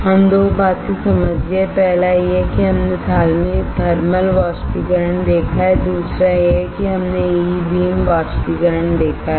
हम 2 बातें समझ गए पहला यह है कि हमने थर्मलबाष्पीकरण देखा है और दूसरा यह है कि हमने E बीम वाष्पीकरण देखा है